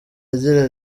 agira